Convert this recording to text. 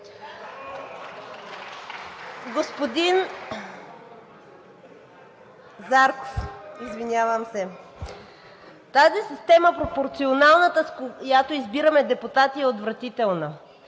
Господин Зарков, извинявам се, тази система, пропорционалната, с която избираме депутати, е отвратителна.